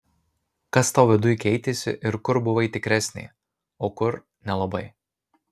kas tau viduj keitėsi ir kur buvai tikresnė o kur nelabai